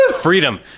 freedom